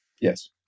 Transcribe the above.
Yes